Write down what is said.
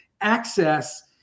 access